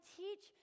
teach